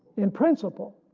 in principle.